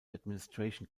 administration